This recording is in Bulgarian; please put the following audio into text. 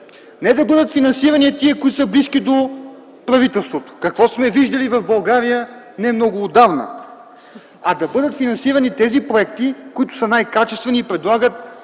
Не да бъдат финансирани тези, които са близки до правителството. Какво сме виждали в България немного отдавна? А да бъдат финансирани тези проекти, които са най-качествени и предлагат